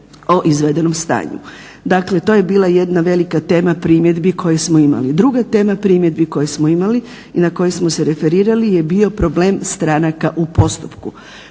o izvedenom stanju. Dakle, to je bila jedna velika tema primjedbi koje smo imali. Druga tema primjedbi koje smo imali i na koje smo se referirali je bio problem stranaka u postupku.